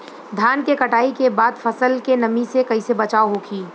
धान के कटाई के बाद फसल के नमी से कइसे बचाव होखि?